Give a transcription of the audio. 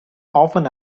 often